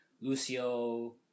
Lucio